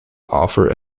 offer